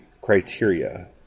criteria